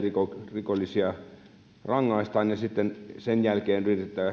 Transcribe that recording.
rikollisia rangaistaan ja sitten sen jälkeen